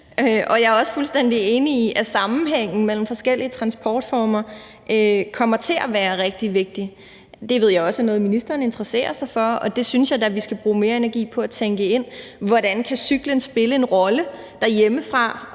Jeg er også fuldstændig enig i, at sammenhængen mellem forskellige transportformer kommer til at være rigtig vigtig. Det ved jeg også er noget, ministeren interesserer sig for, og det synes jeg da vi skal bruge mere energi på at tænke ind: Hvordan kan cyklen spille en rolle derhjemmefra